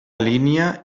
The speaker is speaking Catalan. línia